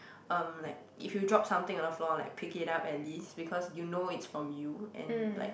um like if you drop something on the floor like pick it up at least because you know it's from you and like